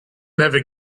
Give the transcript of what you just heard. never